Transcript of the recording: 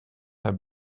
had